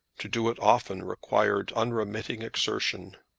to do it often required unremitting exertion.